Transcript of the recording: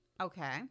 Okay